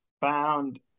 found